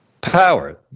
power